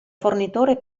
fornitore